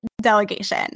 delegation